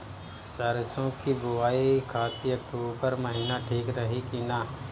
सरसों की बुवाई खाती अक्टूबर महीना ठीक रही की ना?